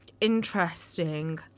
interesting